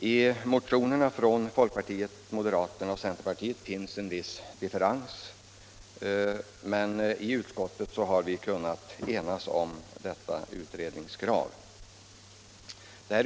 I motionerna från folkpartiet, moderaterna och centerpartiet finns en viss differens, men i utskottet har vi kunnat enas om detta utredningskrav.